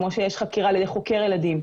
כפי שיש יחידה לחוקר ילדים,